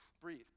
breathe